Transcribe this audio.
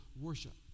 worship